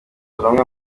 amwe